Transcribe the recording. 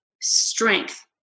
strength